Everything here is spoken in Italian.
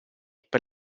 per